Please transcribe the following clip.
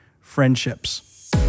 friendships